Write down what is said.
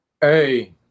Hey